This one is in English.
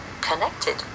connected